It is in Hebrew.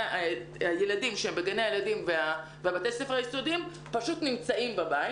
הילדים ובתי הספר היסודיים פשוט נמצאים בבית.